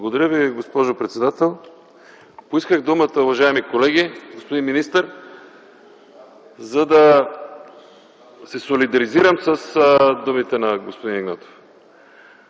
Благодаря Ви, госпожо председател. Поисках думата, уважаеми колеги, господин министър, за да се солидаризирам с думите на господин Игнатов.